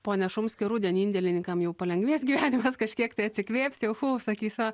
pone šumskai rudenį indėlininkam jau palengvės gyvenimas kažkiek tai atsikvėps jau chu sakys